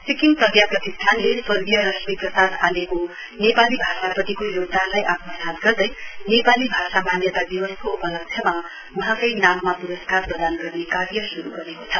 सिक्किम प्रजा प्रतिष्ठानले स्वर्गीय रश्मिप्रसाद आलेको नेपाली भाषाप्रतिको योगदानलाई आत्मसात गर्दै नेपाली भाषा मान्यता दिवसको उपलक्ष्यमा वहाँकै नाममा पुरस्कार प्रदान गर्नै कार्य शुरु गरेको छ